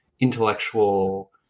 intellectual